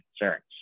concerns